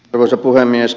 arvoisa puhemies